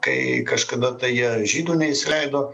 kai kažkada tai jie žydų neįsileido